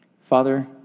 Father